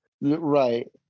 Right